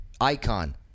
icon